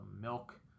milk